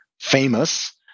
famous